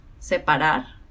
separar